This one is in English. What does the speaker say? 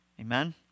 Amen